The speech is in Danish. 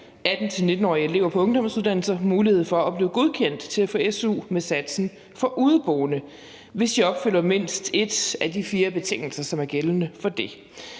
18-19-årige elever på ungdomsuddannelser mulighed for at blive godkendt til at få su med satsen for udeboende, hvis de opfylder mindst en af de fire betingelser, som er gældende for det.